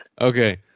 Okay